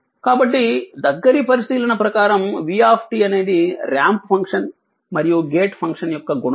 కాబట్టి దగ్గరి పరిశీలన ప్రకారం v అనేది ర్యాంప్ ఫంక్షన్ మరియు గేట్ ఫంక్షన్ యొక్క గుణకారం